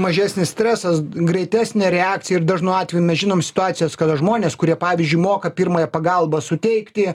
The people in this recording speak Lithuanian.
mažesnis stresas greitesnė reakcija ir dažnu atveju mes žinom situacijas kada žmonės kurie pavyzdžiui moka pirmąją pagalbą suteikti